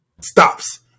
stops